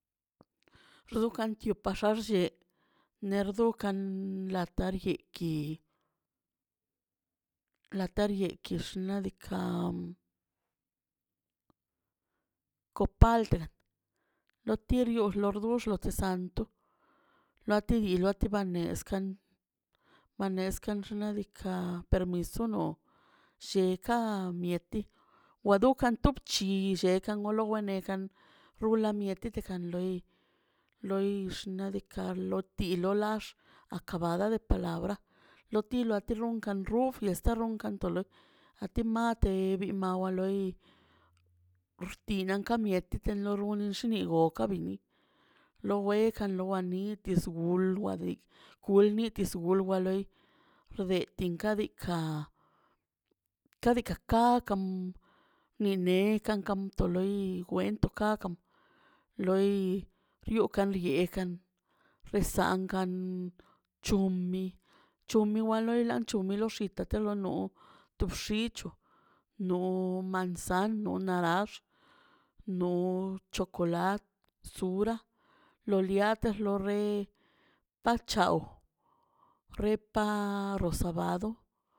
Rukan xio asar rlle nerdo kan latari ke ki la tariekix ladika colpalga lo tirio lordull lote santo lati luan latiba nezkan manezkan xin nadika permiso no lleka mieti wa dukan tup chi illekan walo wenekan rula mieti katan loi loi xna' diika' lo ti loi lax akabada del palabra lo tilo runkan rufles kan runkan to loi a ti mate bi mawa loi rtinan ka mieti te lo rungan llini okan bini lo wenkan o anitis wolna loi luadi kulnitis wolwa loi rde tinka de ka kadika kakan ninekan kam to loi kwento kakan loi riokan di yekan pesankan chomi chomi wa loi la chumi lo xita ta loi no to bxicho no manzan no narax no chokolate sura lo liater lo de parchaw re pan resobado